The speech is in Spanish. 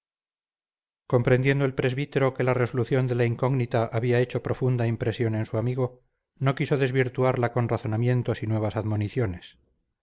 comprendiendo el presbítero que la resolución de la incógnita había hecho profunda impresión en su amigo no quiso desvirtuarla con razonamientos y nuevas admoniciones